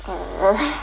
err